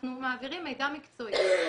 אנחנו מעבירים מידע מקצועי.